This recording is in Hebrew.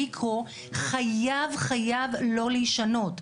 המיקרו חייב לא להישנות.